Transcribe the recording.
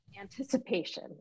anticipation